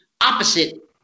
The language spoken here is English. opposite